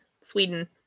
Sweden